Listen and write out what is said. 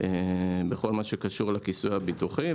בכל מה שקשור לכיסוי הביטוחי,